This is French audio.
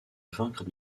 vaincre